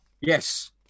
Yes